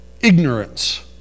ignorance